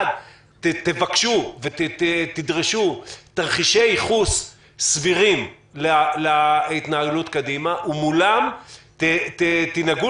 תבקשו ותדרשו תרחישי ייחוס סבירים להתנהלות קדימה ומולם תנהגו